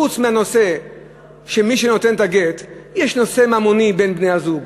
חוץ מהנושא של מי שנתן את הגט יש נושא ממוני בין בני-הזוג,